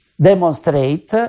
demonstrate